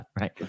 right